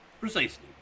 Precisely